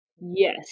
yes